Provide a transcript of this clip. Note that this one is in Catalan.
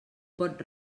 pot